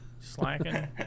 Slacking